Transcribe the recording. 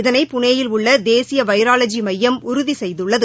இதனை புளேயில் உள்ளதேசியவைராலஜிமையம் உறுதிசெய்துள்ளது